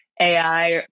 AI